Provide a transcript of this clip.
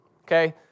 okay